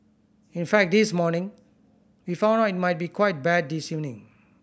in fact this morning we found out it might be quite bad this evening